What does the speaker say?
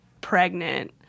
pregnant